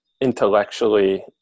Intellectually